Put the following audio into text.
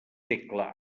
tecla